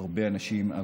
הרבה אנשים,